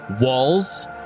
walls